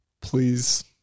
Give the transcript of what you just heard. please